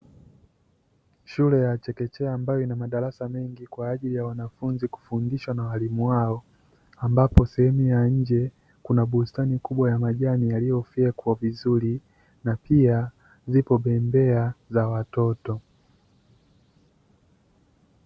Shule ya chekechea ambayo ina madarasa mengi kwa ajili ya wanafunzi kufundishwa na waalimu wao, ambapo sehemu ya nje kuna bustani kubwa ya majani yaliyofyekwa vizuri na pia zipo bembea za watoto.